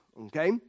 okay